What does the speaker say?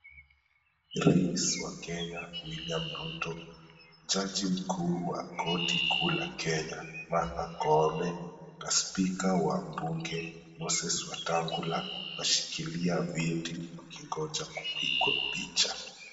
Rais wa Kenya William Ruto, jaji mkuu wa korti kuu la Kenya Martha Koome na spika wa bunge Moses Wetangula, wanashikilia vyeti wakingoja kupigwa picha.